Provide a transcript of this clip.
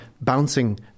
bouncing